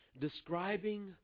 describing